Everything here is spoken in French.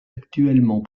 actuellement